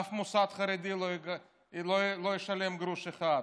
אף מוסד חרדי לא ישלם גרוש אחד.